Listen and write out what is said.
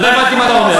לא הבנתי מה אתה אומר.